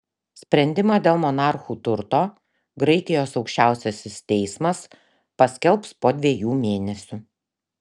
sprendimą dėl monarchų turto graikijos aukščiausiasis teismas paskelbs po dviejų mėnesių